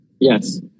Yes